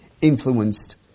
influenced